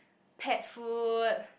pet food